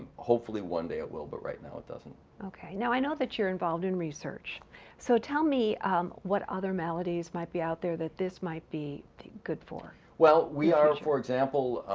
hopefully one day it will but right now it doesn't. okay now i know that you're involved in research so tell me um what other maladies might be out there that this might be good for. well we are, for example,